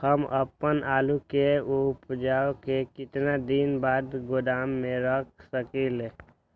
हम अपन आलू के ऊपज के केतना दिन बाद गोदाम में रख सकींले?